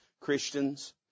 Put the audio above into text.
Christians